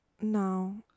No